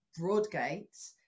Broadgate